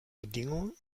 bedingungen